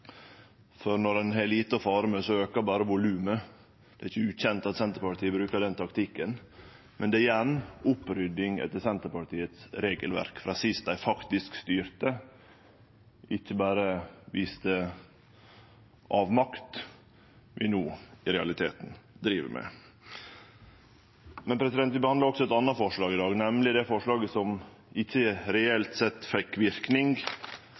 for når ein har lite å fare med, aukar berre volumet. Det er ikkje ukjent at Senterpartiet brukar den taktikken, men igjen er det opprydding etter Senterpartiets regelverk frå sist dei faktisk styrte – ikkje berre viste avmakt – vi no i realiteten driv med. Vi behandlar også eit anna forslag i dag, nemleg det forslaget som ikkje reelt sett fekk